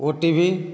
OTV